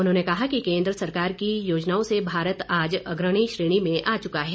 उन्होंने कहा कि केन्द्र सरकार की योजनाओं से भारत आज अग्रणी श्रेणी में आ चुका है